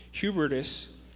Hubertus